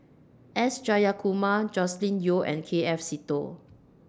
S Jayakumar Joscelin Yeo and K F Seetoh